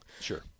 Sure